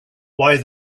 why